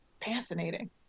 fascinating